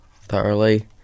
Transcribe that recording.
thoroughly